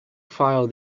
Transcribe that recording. file